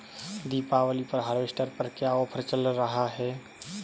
दीपावली पर हार्वेस्टर पर क्या ऑफर चल रहा है?